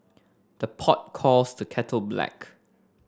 the pot calls the kettle black